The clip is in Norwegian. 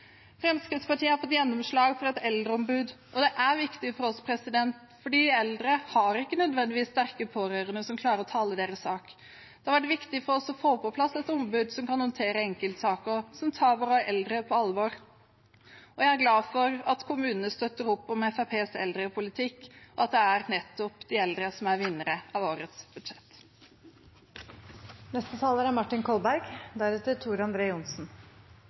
Fremskrittspartiet har fått gjennomslag for et eldreombud, og det er viktig for oss, for de eldre har ikke nødvendigvis sterke pårørende som klarer å tale deres sak. Det har vært viktig for oss å få på plass et ombud som kan håndtere enkeltsaker, som tar våre eldre på alvor. Jeg er glad for at kommunene støtter opp om Fremskrittspartiets eldrepolitikk, og at det er nettopp de eldre som er vinnere av årets budsjett. Det er